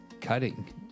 cutting